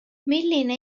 milline